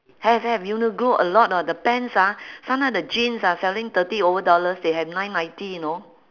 have have uniqlo a lot ah the pants ah sometimes the jeans ah selling thirty over dollars they have nine ninety you know